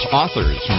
authors